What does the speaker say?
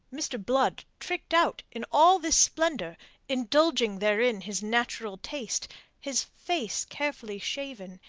mr. blood tricked out in all this splendour indulging therein his natural taste his face carefully shaven,